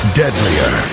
deadlier